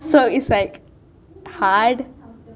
so is like hard